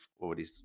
already